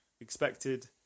expected